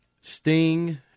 Sting